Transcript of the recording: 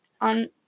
on